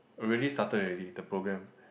already started already the program